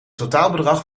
totaalbedrag